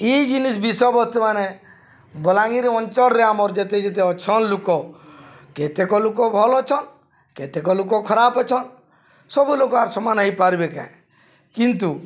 ଏଇ ଜିନିଷ୍ ବିଷୟ ବର୍ତ୍ତମାନ ବଲାଙ୍ଗୀର ଅଞ୍ଚଳରେ ଆମର୍ ଯେତେ ଯେତେ ଅଛନ୍ ଲୁକ କେତେକ ଲୁକ ଭଲ୍ ଅଛନ୍ କେତେକ ଲୁକ ଖରାପ ଅଛନ୍ ସବୁ ଲୋକ ଆର୍ ସମାନ ହେଇପାରବେ କାଏଁ କିନ୍ତୁ